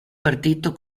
partito